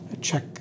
check